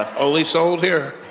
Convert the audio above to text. only sold here,